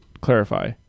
clarify